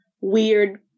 weird